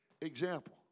Example